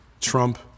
Trump